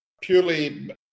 purely